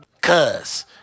cuz